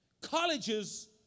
Colleges